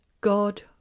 God